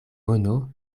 mono